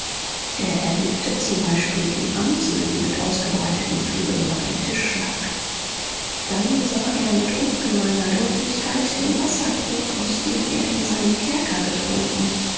er erblickte zum beispiel die amsel die mit ausgebreiteten flügeln auf dem tisch lag dann sah er mit ungemeiner deutlichkeit den wasserkrug aus dem er in seinem kerker getrunken